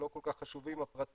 לא כל כך חשובים הפרטים,